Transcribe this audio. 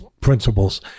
principles